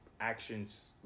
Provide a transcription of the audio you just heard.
actions